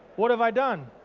what have i done?